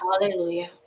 Hallelujah